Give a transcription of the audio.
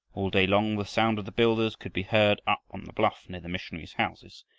all day long the sound of the builders could be heard up on the bluff near the missionaries' houses,